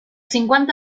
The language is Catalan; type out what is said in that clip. cinquanta